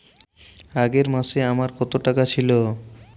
আগের মাসে আমার কত টাকা ছিল?